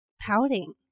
pouting